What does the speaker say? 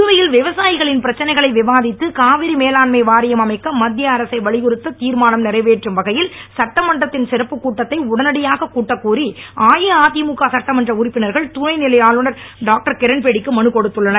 புதுவையில் விவசாயிகள் பிரச்சனைகளை விவாதித்து காவிரி மேலாண்மை வாரியம் அமைக்க மத்திய அரசை வலியுறுத்தி தீர்மானம் நிறைவேற்றும் வகையில் சட்டமன்றத்தின் சிறப்பு கூட்டத்தை உடனடியா கூட்டக் கோரி அஇஅதிமுக சட்டமன்ற உறுப்பினர்கள் துணைநிலை ஆளுநர் டாக்டர் கிரண்பேடிக்கு மனு கொடுத்துள்ளனர்